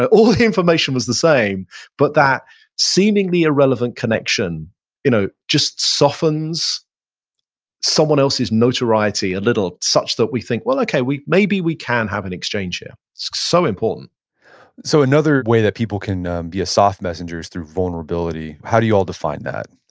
ah all the information was the same but that seemingly irrelevant connection you know just softens someone else's notoriety a little such that we think, well, okay, maybe we can have an exchange here. so important so another way that people can be a soft messenger is through vulnerability. how do you all define that?